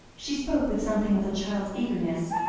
she spoke with something of a child's eagerness,